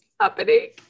happening